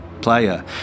player